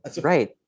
Right